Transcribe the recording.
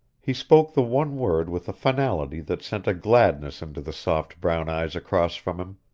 he spoke the one word with a finality that sent a gladness into the soft brown eyes across from him.